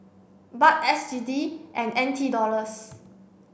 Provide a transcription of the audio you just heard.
Baht S G D and N T Dollars